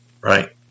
right